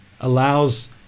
allows